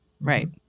right